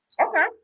Okay